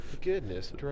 Goodness